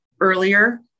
earlier